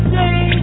day